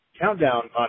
Countdown